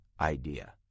idea